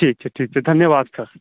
ठीक छै ठीक छै धन्यवाद सर